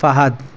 Fahad